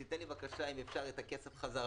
תן לי בבקשה אם אפשר את הכסף חזרה,